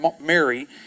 Mary